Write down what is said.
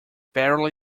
barely